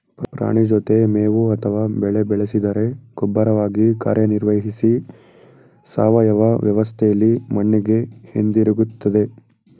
ಪ್ರಾಣಿ ಜೊತೆ ಮೇವು ಅಥವಾ ಬೆಳೆ ಬೆಳೆಸಿದರೆ ಗೊಬ್ಬರವಾಗಿ ಕಾರ್ಯನಿರ್ವಹಿಸಿ ಸಾವಯವ ವ್ಯವಸ್ಥೆಲಿ ಮಣ್ಣಿಗೆ ಹಿಂದಿರುಗ್ತದೆ